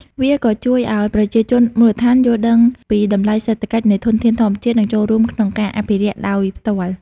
វាក៏ជួយឱ្យប្រជាជនមូលដ្ឋានយល់ដឹងពីតម្លៃសេដ្ឋកិច្ចនៃធនធានធម្មជាតិ និងចូលរួមក្នុងការអភិរក្សដោយផ្ទាល់។